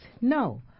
no